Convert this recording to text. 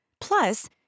Plus